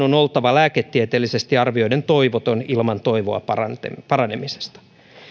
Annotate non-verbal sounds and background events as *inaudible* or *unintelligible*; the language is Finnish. *unintelligible* on oltava lääketieteellisesti arvioiden toivoton ilman toivoa paranemisesta paranemisesta